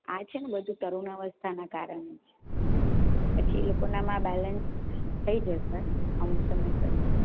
આ છે ને બધું તરુણાવસ્થાના કારણે છે પછી એ લોકોનાંમાં બેલેન્સ થઈ જશે અમુક સમય પછી